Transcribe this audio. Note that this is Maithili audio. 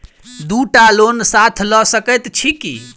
दु टा लोन साथ लऽ सकैत छी की?